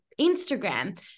Instagram